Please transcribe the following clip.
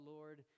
Lord